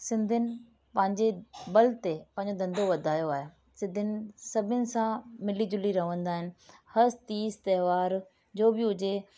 सिंधियुनि पंहिंजे बल ते पंहिंजो धंधो वधायो आहे सिंधियुनि सभिनी सां मिली जुली रहंदा आहिनि हर तीज त्योहार जो बि हुजे